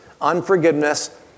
Unforgiveness